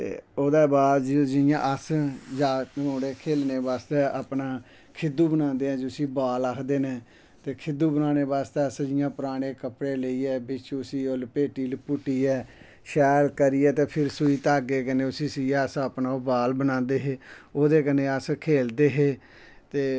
ओह्दै बाद च जियां अस जागत मुड़े खेलनै बास्तै अपनै खिन्नू बनांदे ऐं जिस्सी बॉल आखदे नै ते खिन्नू बनानै बास्तै अस जियां पराने कपड़े लेईयै बिच्च उसी लपेटी लपूटियै शैल करियै ते फिर सुई धागे कन्नै उसी सीऐ अस अपना बॉल बनांदे ओह्दे कन्नै अस खेलदे हे ते